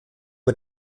man